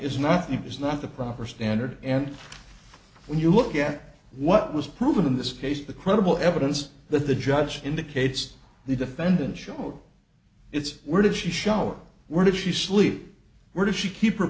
is nothing is not the proper standard and when you look at what was proven in this case the credible evidence that the judge indicates the defendant showed it's where did she shower were did she sleep where did she keep her